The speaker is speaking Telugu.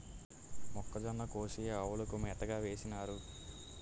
మొక్కజొన్న కోసి ఆవులకు మేతగా వేసినారు